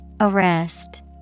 Arrest